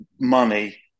money